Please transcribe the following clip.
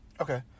Okay